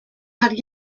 had